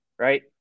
right